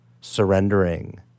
surrendering